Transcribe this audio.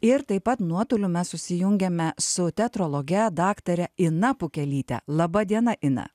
ir taip pat nuotoliu mes susijungėme su teatrologe daktare ina pukelyte laba diena ina